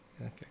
Okay